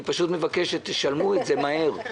אני פשוט מבקש שתשלמו את זה מהר.